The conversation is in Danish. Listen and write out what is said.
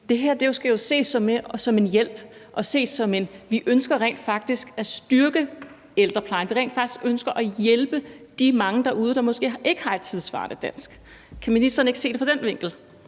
Det her skal ses som en hjælp og også ses som, at vi rent faktisk ønsker at styrke ældreplejen, og at vi rent faktisk ønsker at hjælpe de mange derude, der måske ikke har et tilstrækkeligt dansk. Kan ministeren ikke se det fra den vinkel?